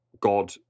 God